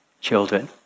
children